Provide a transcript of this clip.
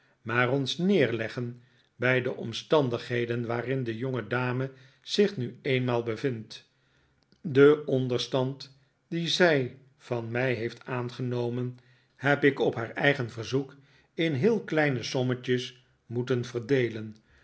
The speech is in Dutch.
maar ons neerleggen bij de omstandigheden waarin de jongedame zich nu eenmaal bevindt den onderstand dien zij van mij heeft aangenomen heb ik op haar eigen verzoek in heel kleine sommetjes moeten verdeelen